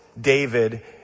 David